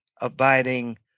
abiding